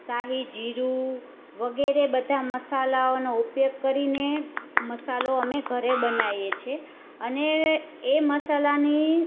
શાહી જીરું વગેરે બધા મસાલાઓનો ઉપયોગ કરીને મસાલો અમે ઘરે બનાવીએ છે અને એ મસાલાની